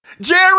Jerry